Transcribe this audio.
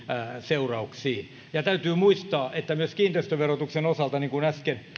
seurauksiin ja täytyy muistaa että myös kiinteistöverotuksen osalta niin kuin äsken